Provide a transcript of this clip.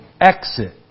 exit